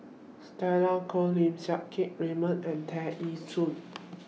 Stella Kon Lim Siang Keat Raymond and Tear Ee Soon